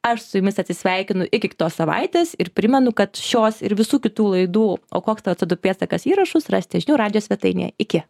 aš su jumis atsisveikinu iki tos savaitės ir primenu kad šios ir visų kitų laidų o koks tau tu du pėdsakas įrašus rasite žinių radijo svetainėje iki